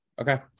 okay